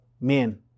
men